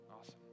awesome